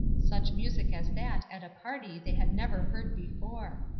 such music as that at a party they had never heard before.